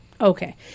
Okay